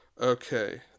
Okay